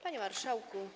Panie Marszałku!